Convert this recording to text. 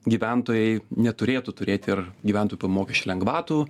gyventojai neturėtų turėti ir gyventų po mokesčių lengvatų